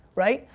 right?